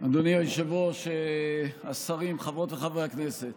אדוני היושב-ראש, השרים, חברות וחברי הכנסת